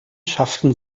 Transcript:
schafften